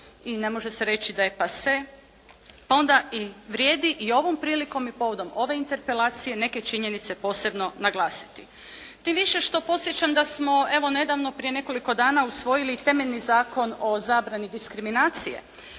i ne može se reći da je passé, pa onda i vrijedi i ovom prilikom i povodom ove Interpelacije neke činjenice posebno naglasiti. Tim više što podsjećam da smo evo nedavno prije nekoliko dana usvojili i temeljni Zakon o zabrani diskriminacije